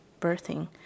birthing